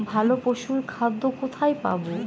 ভালো পশুর খাদ্য কোথায় পাবো?